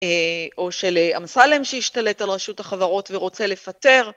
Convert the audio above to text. או של אמסלם שהשתלט על רשות החברות ורוצה לפטר.